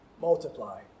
multiply